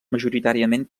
majoritàriament